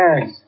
Yes